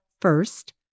first